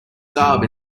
garb